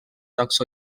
jocs